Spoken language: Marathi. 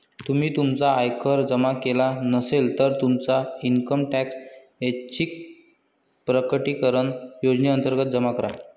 तुम्ही तुमचा आयकर जमा केला नसेल, तर तुमचा इन्कम टॅक्स ऐच्छिक प्रकटीकरण योजनेअंतर्गत जमा करा